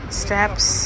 steps